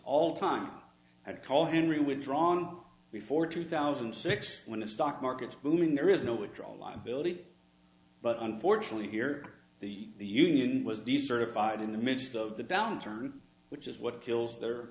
all time i'd call henry withdrawn before two thousand and six when the stock market's booming there is no withdrawal liability but unfortunately here the the union was decertified in the midst of the downturn which is what kills their